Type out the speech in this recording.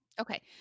Okay